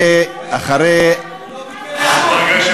הוא לא ביקש אישור.